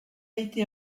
été